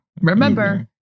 remember